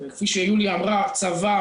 כפי שיוליה אמרה צבא,